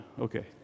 Okay